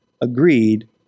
agreed